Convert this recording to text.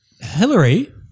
Hillary